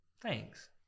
Thanks